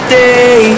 day